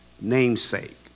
namesake